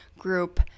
group